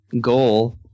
goal